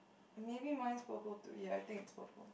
maybe mine's purple too ya it think it's purple